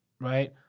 right